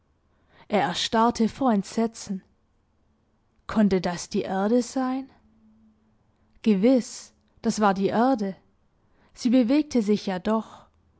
er erstarrte vor entsetzen konnte das die erde sein gewiß das war die erde sie bewegte sich ja doch